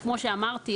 כמו שאמרתי,